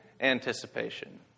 anticipation